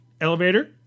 Elevator